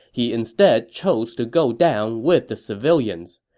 he instead chose to go down with the civilians.